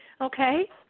okay